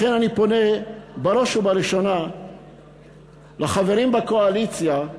לכן אני פונה בראש ובראשונה לחברים בקואליציה,